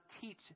teach